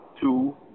two